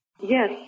Yes